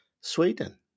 Sweden